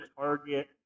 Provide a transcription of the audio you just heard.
Target